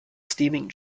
steaming